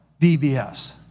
BBS